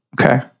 Okay